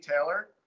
taylor